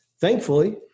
thankfully